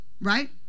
right